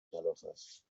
کلافست